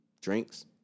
Drinks